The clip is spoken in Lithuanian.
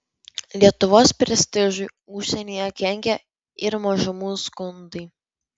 lietuvos prestižui užsienyje kenkė ir mažumų skundai